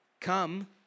Come